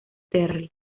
terry